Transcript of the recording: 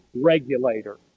regulator